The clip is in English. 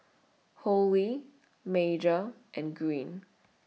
Holly Major and Greene